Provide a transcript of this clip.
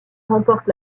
remporte